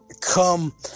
come